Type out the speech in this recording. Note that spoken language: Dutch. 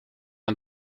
een